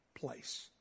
place